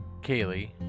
Kaylee